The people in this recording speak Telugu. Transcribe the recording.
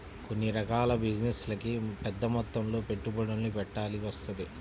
కొన్ని రకాల బిజినెస్లకి పెద్దమొత్తంలో పెట్టుబడుల్ని పెట్టాల్సి వత్తది